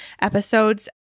episodes